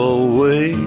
away